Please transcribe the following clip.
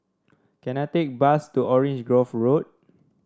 can I take a bus to Orange Grove Road